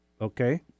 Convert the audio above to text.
Okay